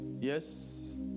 Yes